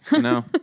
no